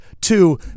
Two